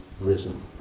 risen